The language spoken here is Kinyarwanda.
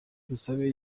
dusabe